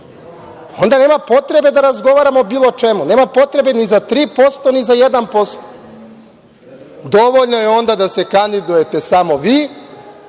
onda nema potrebe da razgovaramo o bilo čemu. Nema potrebe ni za 3%, ni za 1%. Dovoljno je onda da se kandidujte samo vi